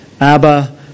Abba